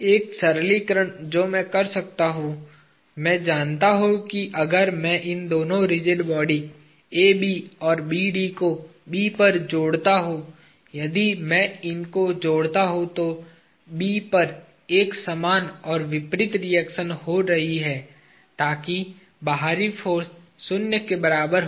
एक सरलीकरण जो मैं कर सकता हूं मै जानता हू कि अगर मैं इन दोनों रिजिड बॉडी AB और BD को B पर जोड़ता हूं यदि मै इनको जोड़ता हू तो B पर एक समान और विपरीत रिएक्शन हो रही है ताकि बाहरी फाॅर्स शून्य के बराबर हो